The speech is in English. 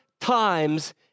times